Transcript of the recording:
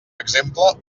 exemple